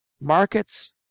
markets